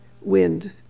wind